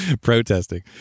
Protesting